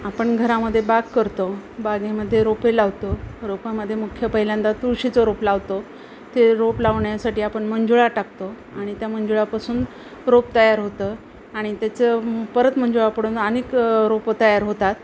आपण घरामध्ये बाग करतो बागेमध्ये रोपे लावतो रोपामध्ये मुख्य पहिल्यांदा तुळशीचं रोप लावतो ते रोप लावण्यासाठी आपण मंजुळा टाकतो आणि त्या मंजुळापासून रोप तयार होतं आणि त्याचं परत मंजुळा पडून अनेक रोपं तयार होतात